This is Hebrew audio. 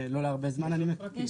לא להרבה זמן אני מקווה.